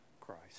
Christ